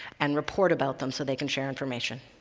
and report about them so they can share information.